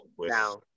now